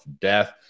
death